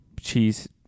cheese